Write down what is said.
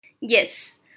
Yes